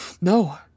No